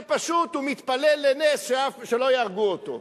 זה פשוט, הוא מתפלל לנס שלא יהרגו אותו.